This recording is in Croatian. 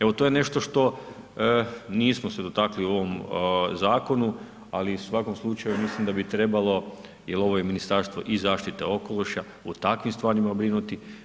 Evo, to je nešto što nismo se dotakli u ovom zakonu, ali u svakom slučaju mislim da bi trebalo jer ovo je Ministarstvo i zaštite okoliša, u takvim stvarima brinuti.